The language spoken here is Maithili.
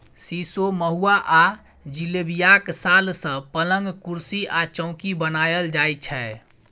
सीशो, महुआ आ जिलेबियाक साल सँ पलंग, कुरसी आ चौकी बनाएल जाइ छै